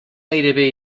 gairebé